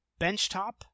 Benchtop